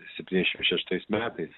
septyniasdešim šeštais metais